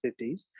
50s